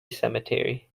cemetery